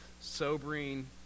sobering